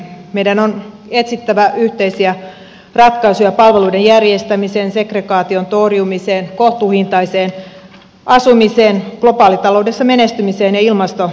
meidän on etsittävä yhteisiä ratkaisuja palveluiden järjestämiseen segregaation torjumiseen kohtuuhintaiseen asumiseen globaalitaloudessa menestymiseen ja ilmastonmuutokseen